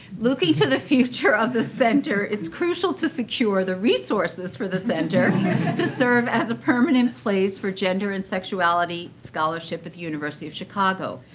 looking to the future of the center, it's crucial to secure the resources for the center to serve as a permanent place for gender and sexuality scholarship at the university of chicago.